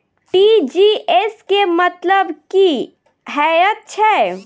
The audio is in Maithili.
टी.जी.एस केँ मतलब की हएत छै?